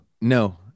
No